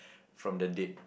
from the dead